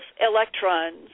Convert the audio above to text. electrons